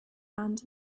and